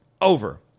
Over